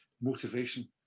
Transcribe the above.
motivation